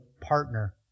partner